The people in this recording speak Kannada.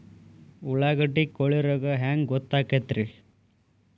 ಉಳ್ಳಾಗಡ್ಡಿ ಕೋಳಿ ರೋಗ ಹ್ಯಾಂಗ್ ಗೊತ್ತಕ್ಕೆತ್ರೇ?